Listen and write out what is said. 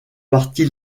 parti